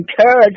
encourage